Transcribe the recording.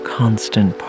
constant